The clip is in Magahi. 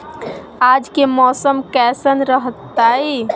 आज के मौसम कैसन रहताई?